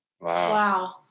Wow